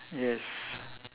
yes